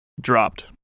dropped